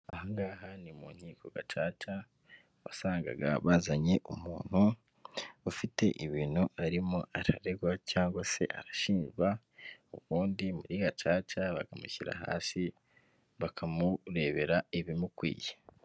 Aha ngaha ni mu nkiko gacaca, wasangaga bazanye umuntu ufite ibintu arimo araregwa cyangwa se arashinjwa, ubundi muri gacaca bakamushyira hasi bakamurebera ibimukwiye.